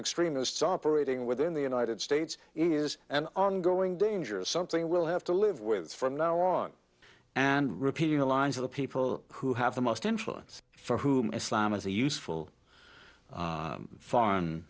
extremists operating within the united states is an ongoing danger is something we'll have to live with from now on and repeating the lines of the people who have the most influence for whom islam is a useful foreign